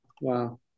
Wow